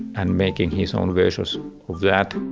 and making his own versions of that.